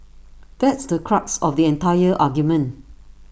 that's the crux of the entire argument